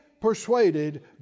persuaded